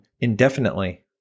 indefinitely